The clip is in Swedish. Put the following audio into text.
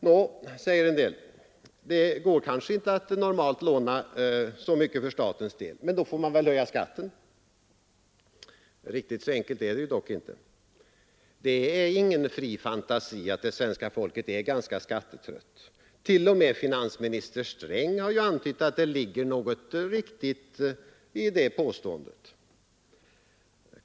Nå, säger en del, det går kanske inte att normalt låna så mycket för statens del, men då får man väl höja skatten. Riktigt så enkelt är det ju dock inte. Det är ingen fri fantasi att det svenska folket är ganska skattetrött. T. o. m. finansminister Sträng har ju antytt att det ligger något riktigt i det påståendet.